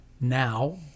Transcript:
now